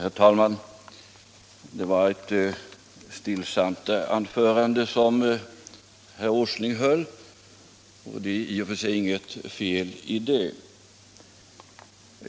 Herr talman! Det var ett stillsamt anförande som herr Åsling höll, och det är i och för sig inget fel i det.